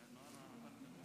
קודם כול ברכות